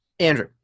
Andrew